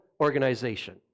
organization